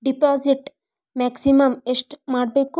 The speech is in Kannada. ಡಿಪಾಸಿಟ್ ಮ್ಯಾಕ್ಸಿಮಮ್ ಎಷ್ಟು ಮಾಡಬೇಕು?